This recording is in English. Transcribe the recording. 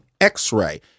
x-ray